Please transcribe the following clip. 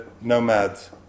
Nomads